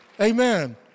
Amen